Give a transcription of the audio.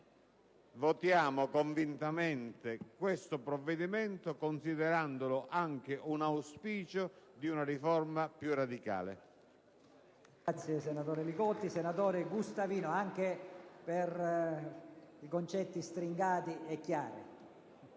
Votiamo convintamente questo provvedimento considerandolo anche un auspicio di una riforma più radicale.